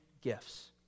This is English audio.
gifts